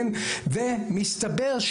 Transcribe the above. מסתבר,